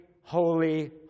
holy